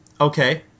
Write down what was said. okay